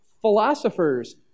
philosophers